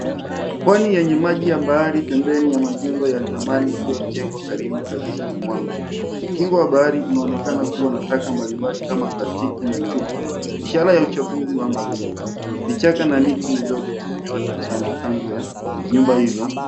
Pwani yenye maji ya bahari pembeni ya majengo ya zamani iliyojengwa karibu kabisa na mwamba. Ukingo wa bahari unaonekana kuwa na taka mbalimbali kama plastiki na chupa, ishara ya uchafuzi wa mazingira. Vichaka na miti midogo vimeota kandokando ya nyumba hizo.